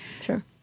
Sure